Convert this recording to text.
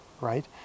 right